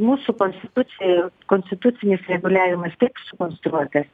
mūsų konstitucijoj konstitucinis reguliavimas taip sukonstruotas